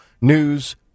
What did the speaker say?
news